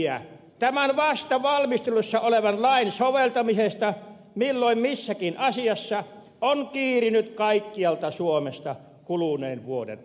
samanlaista viestiä tämän vasta valmistelussa olevan lain soveltamisesta milloin missäkin asiassa on kiirinyt kaikkialta suomesta kuluneen vuoden aikana